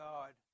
God